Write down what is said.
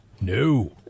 No